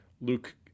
Luke